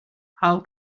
how